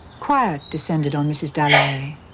quiet descended on mrs. dalloway,